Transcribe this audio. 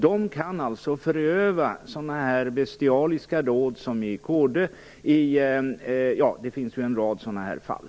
Dessa personer kan alltså föröva bestialiska dåd, som i Kode och i en rad andra fall.